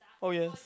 oh yes